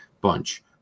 bunch